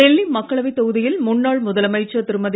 டெல்லி மக்களவைத் தொகுதியில் முன்னாள் முதலமைச்சர் திருமதி